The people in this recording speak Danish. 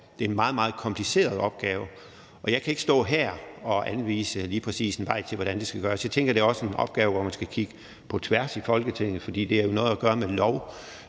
Det er en meget, meget kompliceret opgave, og jeg kan ikke stå her og anvise en vej til, hvordan det lige præcis skal gøres. Jeg tænker, det også er en opgave, hvor man skal kigge på tværs i Folketinget, for det har jo noget at gøre med